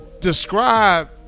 describe